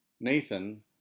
Nathan